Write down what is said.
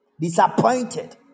disappointed